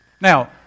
Now